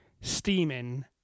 steaming